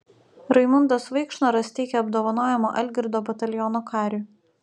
raimundas vaikšnoras teikia apdovanojimą algirdo bataliono kariui